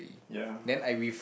ya